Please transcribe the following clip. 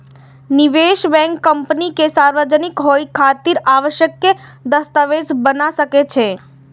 निवेश bank company के सार्वजनिक होइ खातिर आवश्यक दस्तावेज बना सकै छै